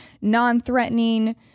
non-threatening